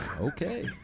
okay